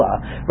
right